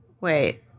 Wait